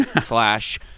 slash